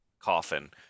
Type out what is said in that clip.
coffin